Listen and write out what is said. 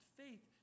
faith